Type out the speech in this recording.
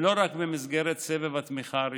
ולא רק במסגרת סבב התמיכה הראשון.